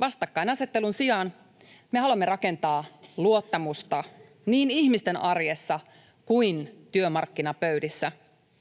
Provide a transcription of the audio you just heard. Vastakkainasettelun sijaan me haluamme rakentaa luottamusta niin ihmisten arjessa kuin työmarkkinapöydissä.